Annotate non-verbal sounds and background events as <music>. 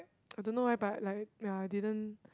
<noise> I don't know eh but like ya I didn't